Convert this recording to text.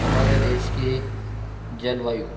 हमारे देश की जलवायु